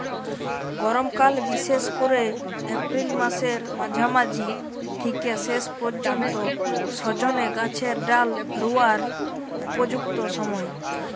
গরমকাল বিশেষ কোরে এপ্রিল মাসের মাঝামাঝি থিকে শেষ পর্যন্ত সজনে গাছের ডাল রুয়ার উপযুক্ত সময়